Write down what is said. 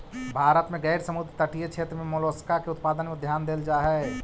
भारत में गैर समुद्र तटीय क्षेत्र में मोलस्का के उत्पादन में ध्यान देल जा हई